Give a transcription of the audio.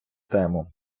тему